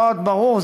זה ברור,